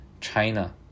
China